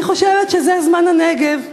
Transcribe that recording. אני חושבת שזה זמן הנגב.